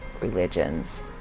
religions